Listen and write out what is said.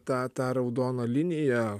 tą tą raudoną liniją